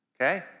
okay